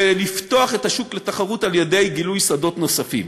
ולפתוח את השוק לתחרות על-ידי גילוי שדות נוספים.